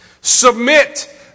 Submit